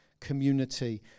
community